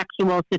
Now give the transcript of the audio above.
sexual